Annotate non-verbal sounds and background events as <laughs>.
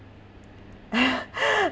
<laughs>